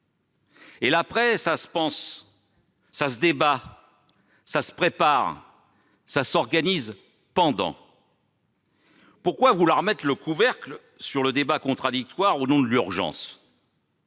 Or l'après se pense, se débat, se prépare, s'organise pendant. Pourquoi vouloir mettre le couvercle sur le débat contradictoire au nom de l'urgence ?